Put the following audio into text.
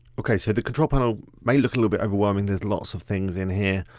okay, so the control panel may look a little bit overwhelming. there's lots of things in here.